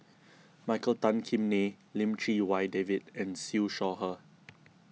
Michael Tan Kim Nei Lim Chee Wai David and Siew Shaw Her